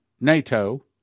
NATO